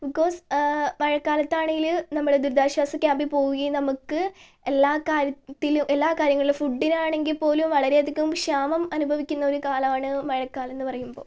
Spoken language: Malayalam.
ബിക്കോസ് മഴക്കാലത്താണെങ്കിൽ നമ്മുടെ ദുരിതാശ്വാസ ക്യാമ്പിൽ പോവുകയും നമുക്ക് എല്ലാ കാര്യത്തിലും എല്ലാ കാര്യങ്ങളിലും ഫുഡ്ഡിന് ആണെങ്കിൽ പോലും വളരെയധികം ക്ഷാമം അനുഭവിക്കുന്ന ഒരു കാലമാണ് മഴക്കാലം എന്നു പറയുമ്പോൾ